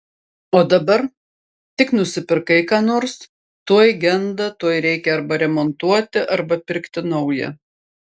o dabar tik nusipirkai ką nors tuoj genda tuoj reikia arba remontuoti arba pirkti naują